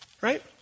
Right